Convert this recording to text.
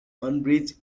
unabridged